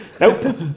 nope